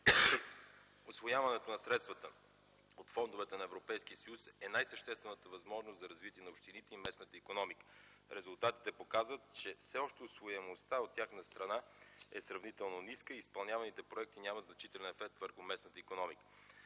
Усвояването на средствата от фондовете на Европейския съюз е най-съществената възможност за развитие на общините и местната икономика. Резултатите показват, че все още усвояемостта от тяхна страна е сравнително ниска и изпълняваните проекти нямат значителен ефект върху местната икономика.